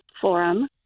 forum